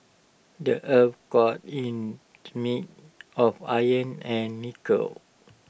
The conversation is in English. the Earth's core in of iron and nickel